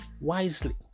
wisely